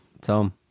Tom